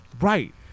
Right